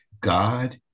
God